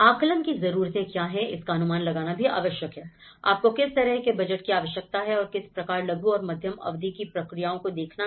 आकलन की जरूरतें क्या हैं इसका अनुमान लगाना भी आवश्यक है आपको किस तरह के बजट की आवश्यकता है और किस प्रकार लघु और मध्यम अवधि की प्रक्रियाओं को देखना है